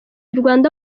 rwanda